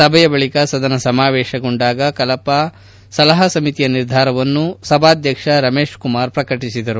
ಸಭೆಯ ಬಳಿಕ ಸದನ ಸಮಾವೇಶಗೊಂಡಾಗ ಕಲಾಪ ಸಲಹಾ ಸಮಿತಿಯ ನಿರ್ಧಾರವನ್ನು ಸಭಾಧ್ವಕ್ಷ ರಮೇಶ್ ಕುಮಾರ್ ಪ್ರಕಟಿಸಿದರು